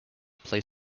play